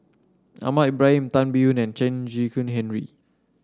Ahmad Ibrahim Tan Biyun and Chen Kezhan Henri